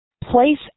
place